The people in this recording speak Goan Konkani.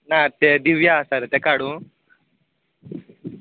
ना तें दिव्या आसा रे ताका हाडूं